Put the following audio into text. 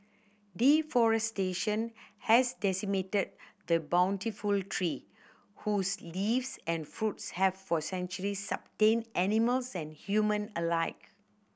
deforestation has decimated the bountiful tree whose leaves and fruits have for centuries sustained animals and human alike